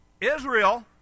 Israel